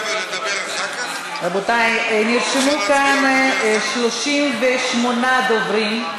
רבותי, נרשמו כאן 38 דוברים.